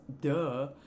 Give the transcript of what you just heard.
duh